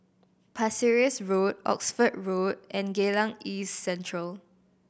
Pasir Ris Road Oxford Road and Geylang East Central